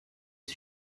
est